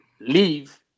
leave